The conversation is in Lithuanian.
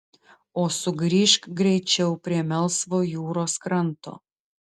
o sugrįžk greičiau prie melsvo jūros kranto